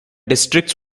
districts